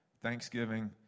Thanksgiving